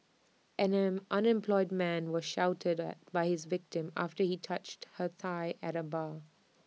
an him unemployed man was shouted at by his victim after he touched her thigh at A bar